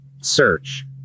Search